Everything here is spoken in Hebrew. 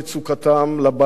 לבעיות שלהם,